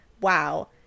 wow